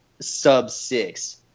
sub-six